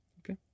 Okay